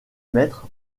maîtres